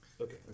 Okay